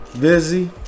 Busy